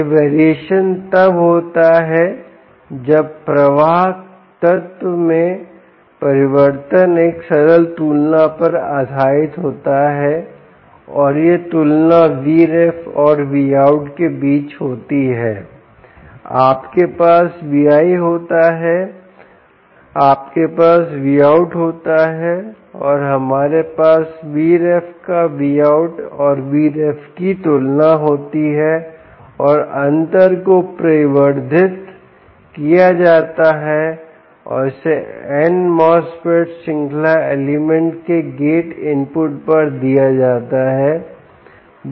यह वेरिएशन तब होता है जब प्रवाहकत्त्व में परिवर्तन एक सरल तुलना पर आधारित होता है और यह तुलना Vref और Vout के बीच होती है आपके पास V¿ होता है आपके पास Vout होता है और हमारे पास Vref का Vout और Vref की तुलना होती है और अंतर को प्रवर्धित किया जाता है और इसे n MOSFET श्रृंखला एलिमेंट के गेट इनपुट पर दिया जाता है